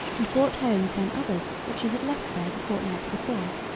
and brought home ten others that she had left there the fortnight before.